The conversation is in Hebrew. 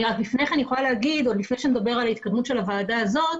לפני שאני אדבר על התקדמות הוועדה הזאת,